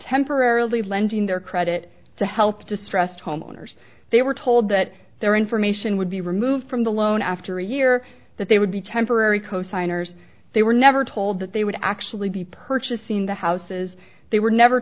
temporarily lending their credit to help distressed homeowners they were told that their information would be removed from the loan after a year that they would be temporary cosigners they were never told that they would actually be purchasing the houses they were never